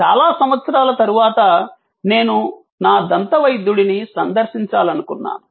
చాలా సంవత్సరాల తరువాత నేను నా దంతవైద్యుడిని సందర్శించాలనుకున్నాను